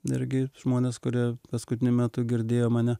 irgi žmonės kurie paskutiniu metu girdėjo mane